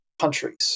countries